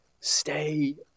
stay